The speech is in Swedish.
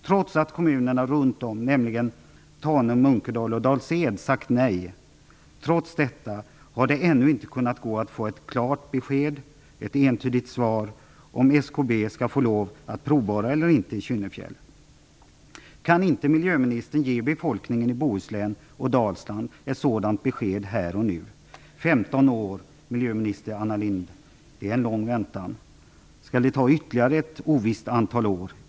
Trots att kommunerna runt om - Tanum, Munkedal och Dals-Ed - har sagt nej, har det ännu inte gått att få ett klart besked och ett entydigt svar på huruvida SKB skall få lov att provborra i Kynnefjäll eller inte. Kan inte miljöministern ge befolkningen i Bohuslän och Dalsland ett sådant besked här och nu? 15 år, miljöminister Anna Lindh, är en lång väntan. Skall det komma att ta ytterligare ett ovisst antal år?